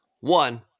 One